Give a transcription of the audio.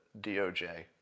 DOJ